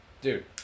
Dude